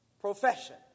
profession